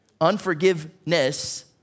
Unforgiveness